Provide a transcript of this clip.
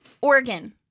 oregon